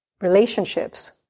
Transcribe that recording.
relationships